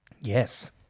Yes